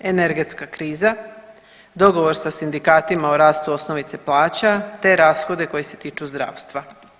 Energetska kriza, dogovor sa sindikatima o rastu osnovice plaća te rashodi koji se tiče zdravstva.